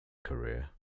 career